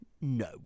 no